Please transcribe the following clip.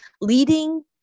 leading